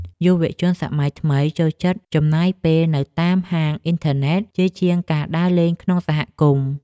យុវជនសម័យថ្មីចូលចិត្តចំណាយពេលនៅតាមហាងអ៊ីនធឺណិតជាជាងការដើរលេងក្នុងសហគមន៍។